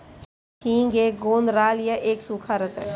हींग एक गोंद राल या एक सूखा रस है